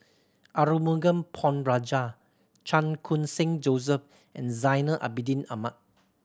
Arumugam Ponnu Rajah Chan Khun Sing Joseph and Zainal Abidin Ahmad